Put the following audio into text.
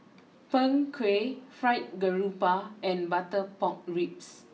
Png Kueh Fried Garoupa and Butter Pork Ribs